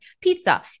Pizza